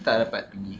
tak dapat pergi